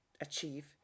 achieve